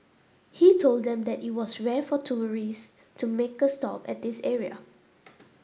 he told them that it was rare for tourists to make a stop at this area